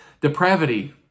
depravity